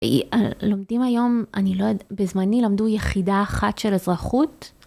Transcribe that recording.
לומדים היום אני לא יודעת בזמני למדו יחידה אחת של אזרחות.